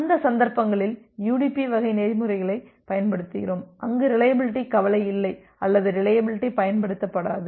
அந்த சந்தர்ப்பங்களில் யுடிபி வகை நெறிமுறைகளைப் பயன்படுத்துகிறோம் அங்கு ரிலையபிலிட்டி கவலை இல்லை அல்லது ரிலையபிலிட்டி பயன்படுத்தப்படாது